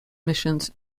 missions